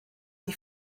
die